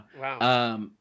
Wow